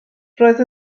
roedd